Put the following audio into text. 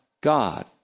God